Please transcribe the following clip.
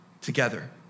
together